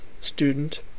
student